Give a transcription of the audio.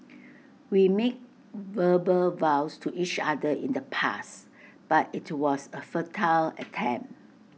we made verbal vows to each other in the past but IT was A futile attempt